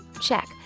Check